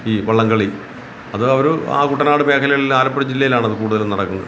ഈ വള്ളംകളി അത് അവര് ആ കുട്ടനാട് മേഖലലയില് ആലപ്പുഴ ജില്ലയിലാണത് കൂടുതലും നടക്കുന്നത്